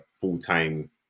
full-time